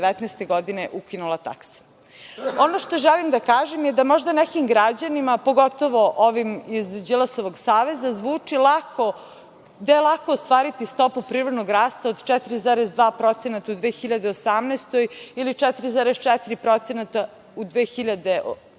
godine ukinula takse. Ono što želim da kažem je da je nekim građanima, pogotovo ovim iz Đilasovog saveza zvuči da je lako ostvariti stopu privrednog rasta od 4,2% u 2018. ili 4,4% u 2019.